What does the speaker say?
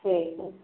ठीक है